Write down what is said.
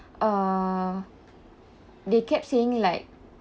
uh they kept saying like